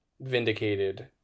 vindicated